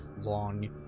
long